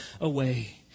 away